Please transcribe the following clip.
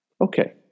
Okay